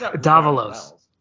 Davalos